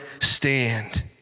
stand